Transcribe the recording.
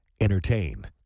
entertain